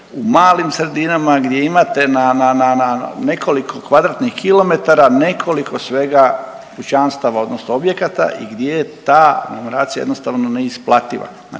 u malim sredinama gdje imate na nekoliko kvadratnim kilometrima nekoliko svega kućanstava odnosno objekata gdje ta aglomeracija jednostavno neisplativa.